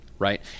Right